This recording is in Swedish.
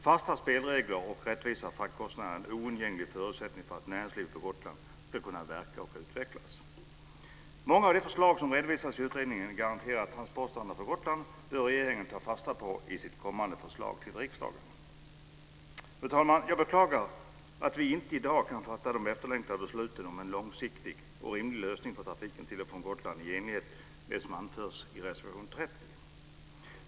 Fasta spelregler och rättvisa fraktkostnader är en oundgänglig förutsättning för att näringslivet på Gotland ska kunna verka och utvecklas. Många av de förslag som redovisas i utredningen Garanterad transportstandard för Gotland bör regeringen ta fasta på i sitt kommande förslag till riksdagen. Fru talman! Jag beklagar att vi inte i dag kan fatta de efterlängtade besluten om en långsiktig och rimlig lösning för trafiken till och från Gotland i enlighet med vad som anförs i reservation 30.